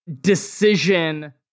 decision